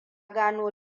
gano